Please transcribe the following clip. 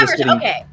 Okay